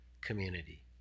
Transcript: community